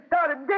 started